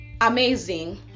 amazing